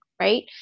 right